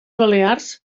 balears